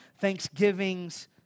thanksgivings